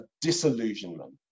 disillusionment